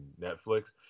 Netflix